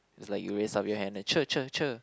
it's like you raised up your hand then cher cher cher